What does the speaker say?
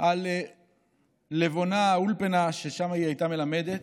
על לבונה, האולפנה ששם היא הייתה מלמדת,